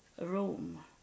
room